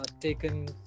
taken